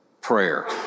prayer